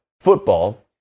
football